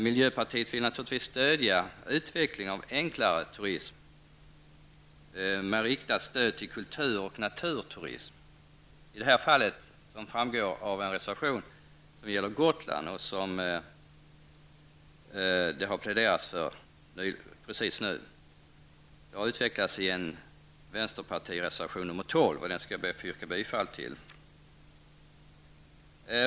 Miljöpartiet vill naturligtvis stödja utveckling av enklare turism med riktat stöd till kultur och naturturism, bl.a. på Gotland, något som det nyss har pläderats för i anslutning till en reservation. Detta har närmare utvecklats i vänsterpartireservation nr 12, som jag yrkar bifall till.